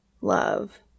Love